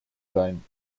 sein